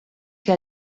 que